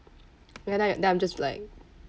ya then I'm just like